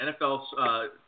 NFL